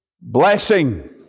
blessing